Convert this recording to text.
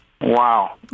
Wow